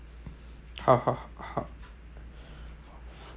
how how how